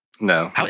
No